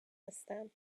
هستم